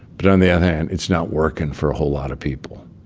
but on the other hand, it's not working for a whole lot of people.